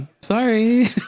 sorry